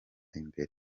imbere